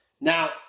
Now